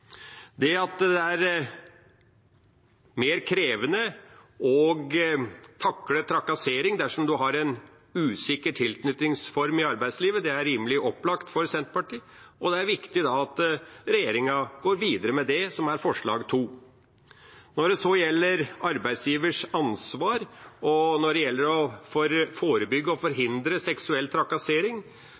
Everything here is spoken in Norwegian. Det at det er mer krevende å takle trakassering dersom man har en usikker tilknytningsform i arbeidslivet, er rimelig opplagt for Senterpartiet, og det er viktig at regjeringa går videre med det som er forslag nr. 2. Når det så gjelder arbeidsgivers ansvar og det å forebygge og forhindre seksuell trakassering